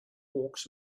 hawks